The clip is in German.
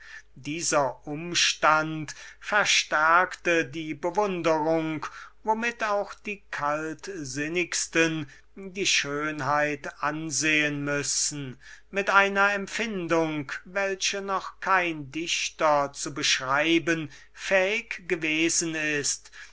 dieser umstand verstärkte die bewundrung womit auch die kaltsinnigsten die schönheit ansehen müssen mit einer empfindung welche noch kein dichter zu beschreiben fähig gewesen ist